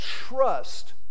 trust